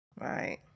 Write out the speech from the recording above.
Right